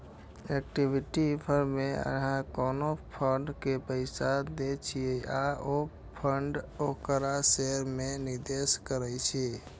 equity fund मे अहां कोनो फंड के पैसा दै छियै आ ओ फंड ओकरा शेयर मे निवेश करै छै